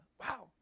wow